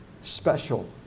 special